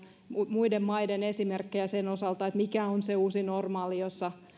muiden maiden esimerkkejä sen osalta mikä on se uusi normaali jossa